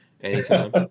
anytime